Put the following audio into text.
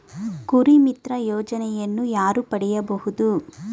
ಕುರಿಮಿತ್ರ ಯೋಜನೆಯನ್ನು ಯಾರು ಪಡೆಯಬಹುದು?